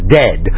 dead